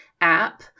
app